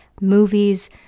movies